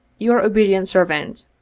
your obedient servant,